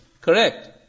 Correct